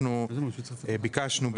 אנחנו ביקשנו,